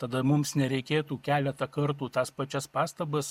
tada mums nereikėtų keletą kartų tas pačias pastabas